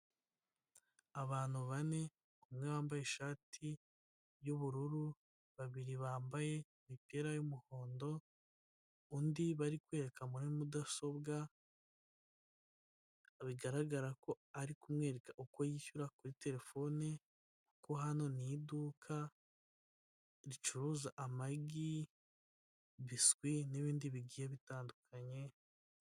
Abantu bane, umwe wambaye ishati y'ubururu, babiri bambaye imipira y'umuhondo undi bari kwerekana muri mudasobwa, bigaragara ko ari kumwereka uko yishyura kuri terefone ko hano ni iduka ricuruza amagi, biswi n'ibindi bigiye bitandukanye.